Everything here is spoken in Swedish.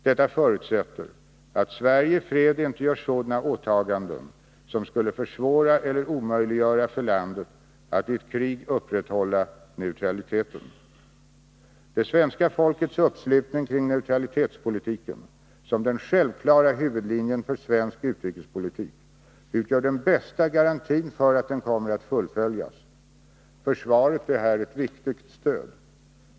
Detta förutsätter att Sverige i fred inte gör sådana åtaganden som skulle försvåra eller omöjliggöra för landet att i ett krig upprätthålla neutraliteten. Det svenska folkets uppslutning kring neutralitetspolitiken som den självklara huvudlinjen för svensk utrikespolitik utgör den bästa garantin för att den kommer att fullföljas. Försvaret är här ett viktigt stöd.